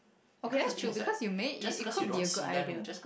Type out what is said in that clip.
okay that's true because you may it it could be a good idea